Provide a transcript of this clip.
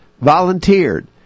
volunteered